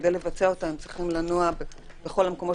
כדי לבצע אותה הם צריכים לנוע בכל המקומות,